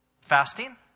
Fasting